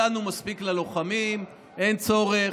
נתנו מספיק ללוחמים, אין צורך,